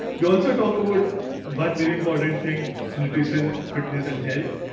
we also talk about one very important thing, nutrition, fitness and health.